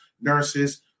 nurses